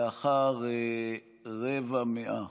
לאחר רבע מאה